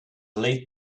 late